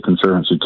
Conservancy